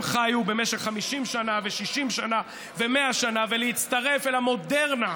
הם חיו במשך 50 שנה ו-60 שנה ו-100 שנה ולהצטרף אל המודרנה,